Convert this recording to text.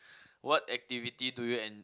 what activity do you in